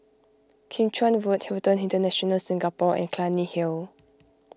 Kim Chuan Road Hilton International Singapore and Clunny Hill